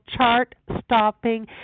chart-stopping